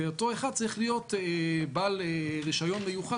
ואותו אחד צריך להיות בעל רישיון מיוחד